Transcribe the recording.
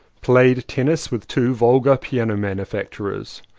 played tennis with two vulgar piano manufacturers,